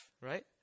right